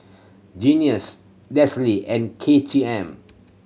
Guinness Delsey and K T M